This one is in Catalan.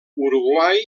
uruguai